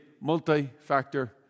multi-factor